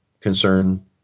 concern